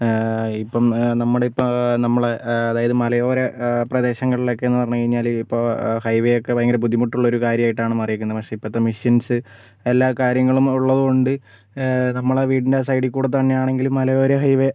ഇപ്പം നമ്മളിപ്പോൾ നമ്മളെ അതായത് മലയോര പ്രദേശങ്ങളിലൊക്കെയെന്നു പറഞ്ഞുകഴിഞ്ഞാൽ ഇപ്പോൾ ഹൈവേ ഒക്കെ ഭയങ്കര ബുദ്ധിമുട്ടുള്ളൊരു കാര്യമായിട്ടാണ് മാറിയിരിക്കുന്നത് പക്ഷേ ഇപ്പോഴത്തെ മിഷ്യൻസ് എല്ലാ കാര്യങ്ങളും ഉള്ളതുകൊണ്ട് നമ്മളെ വീടിൻറെ സൈഡിൽക്കൂടി തന്നെയാണെങ്കിൽ മലയോര ഹൈവേ